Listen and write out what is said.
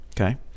Okay